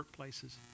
workplaces